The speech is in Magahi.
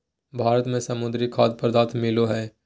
भारत में समुद्री खाद्य पदार्थ मिलो हइ